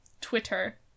Twitter